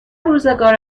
روزگار